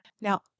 Now